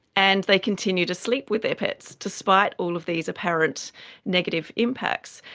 and they continue to sleep with their pets, despite all of these apparent negative impacts.